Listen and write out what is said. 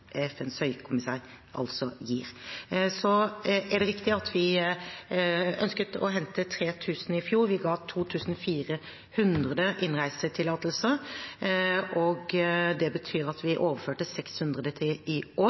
gir. Det er riktig at vi ønsket å hente 3 000 i fjor. Vi ga 2 400 innreisetillatelse, og det betyr at vi overførte 600 til i år.